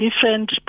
different